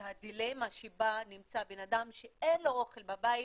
את הדילמה שבה נמצא בן אדם שאין לו אוכל בבית